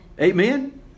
Amen